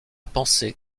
pensée